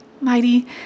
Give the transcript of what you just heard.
mighty